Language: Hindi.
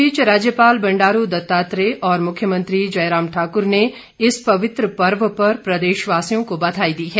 इस बीच राज्यपाल बंडारू दत्तात्रेय और मुख्यमंत्री जयराम ठाकुर ने इस पवित्र पर्व पर प्रदेशवासियों को बधाई दी है